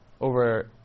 over